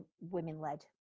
women-led